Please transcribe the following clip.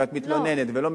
ואת מתלוננת ולא מטפלים,